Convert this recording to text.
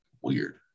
weird